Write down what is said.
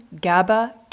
GABA